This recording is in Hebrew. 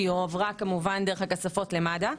שהיא הועברה כמובן דרך הכספות למד"א.